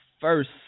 first